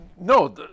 No